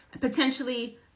potentially